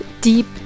deep